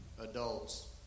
adults